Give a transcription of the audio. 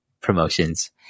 promotions